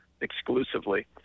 exclusively